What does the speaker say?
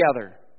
together